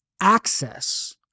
access